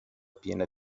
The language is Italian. piena